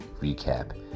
recap